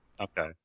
Okay